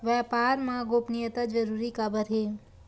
व्यापार मा गोपनीयता जरूरी काबर हे?